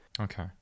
okay